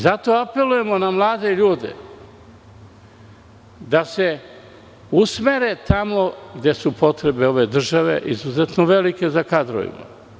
Zato apelujemo na mlade ljude da se usmere tamo gde su potrebe ove države izuzetno velike za kadrovima.